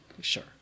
Sure